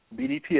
BDPA